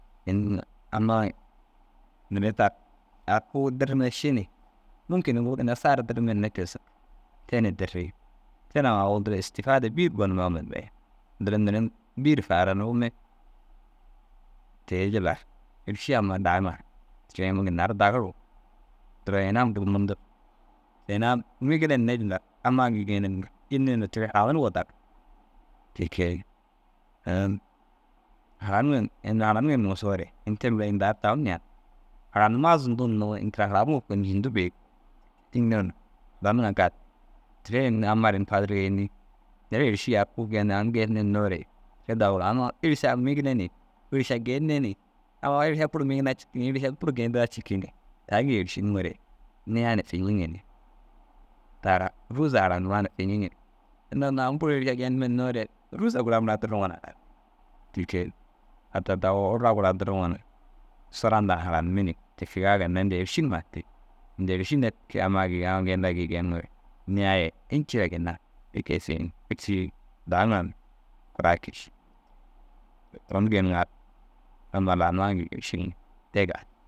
In amma i noore tar ar kuu dirrimme ši ni mûnkin ini guru saa dirrimme hinne tigisig te ni dirrii. Te na agu duro istifada biyir gonma munme duro noore bîyir fare ruume. Te jillar êrši amma damaar toore unnu ginnar daguruu duro ina bur mundu. Inaa migine hinne jillar amma gii genirnig înni na toore hananirgoo dagir te ke haran in haraniŋe nigisoore in te mire indar dawu ñawun haranummaa zunduu hinnoo ini tira haranuŋoo in zundu bêi. Ini noona haraniŋa gal toore amma ini fadirga înni nere êrši ar kui geen aŋ geen hinnoo re te dagir amma êrša migine ni êrša geene ni amma êrša bur migine cikii ni. Êrša bur geyindiga cikii ni, taa gii êršiniŋoore niĩya na fiñiŋ ni tara rûza ara nuwaa fiñiŋ ni inda a unnu aŋ bur êrsa genimere hinnoo re rûza gura mura dirriŋoo na haran. Te ke hata dagoo urra gura diriŋoo na sura nda na hara nimini te kegaa ginna inda êrši numa addi. Inda êrši netke amma amma geyinda gii geniŋoore niĩya in ciire ginna daa ŋa kura ke ši noore turon geeniŋar amma laa nuwaa gii êršin te gal.